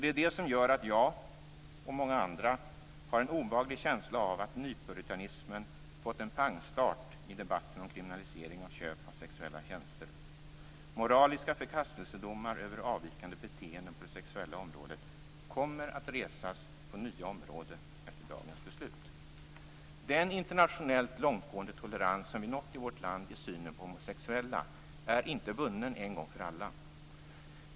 Det är det som gör att jag och många andra har en obehaglig känsla av att nypuritanismen fått en pangstart i debatten om kriminalisering av köp av sexuella tjänster. Moraliska förkastelsedomar över avvikande beteenden på det sexuella området kommer att resas på nya områden efter beslutet i den här frågan. Den internationellt långtgående tolerans som vi nått i vårt land i synen på homosexuella är inte vunnen en gång för alla.